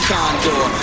Condor